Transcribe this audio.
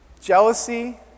Jealousy